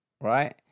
right